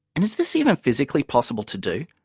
and is this even physically possible to do?